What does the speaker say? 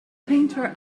painter